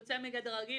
יוצא מגדר הרגיל.